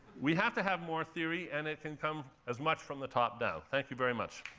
we have to have more theory, and it can come as much from the top down. thank you very much.